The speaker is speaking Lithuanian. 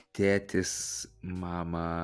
tėtis mama